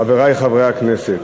חברי חברי הכנסת,